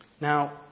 Now